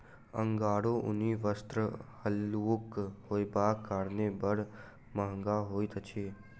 अंगोराक ऊनी वस्त्र हल्लुक होयबाक कारणेँ बड़ महग होइत अछि